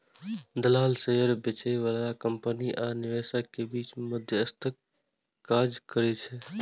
दलाल शेयर बेचय बला कंपनी आ निवेशक के बीच मध्यस्थक काज करै छै